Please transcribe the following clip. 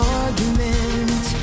argument